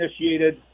initiated